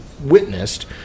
witnessed